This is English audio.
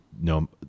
no